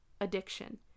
addiction